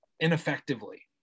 ineffectively